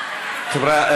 אז למה הוא עבר?